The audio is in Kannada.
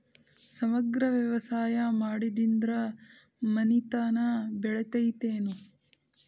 ಸಮಗ್ರ ವ್ಯವಸಾಯ ಮಾಡುದ್ರಿಂದ ಮನಿತನ ಬೇಳಿತೈತೇನು?